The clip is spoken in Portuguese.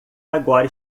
agora